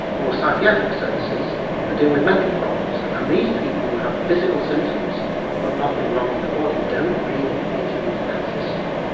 or psychiatric services that deal with mental problems. and these people who have physical symptoms but nothing wrong in the body don't really fit into that system.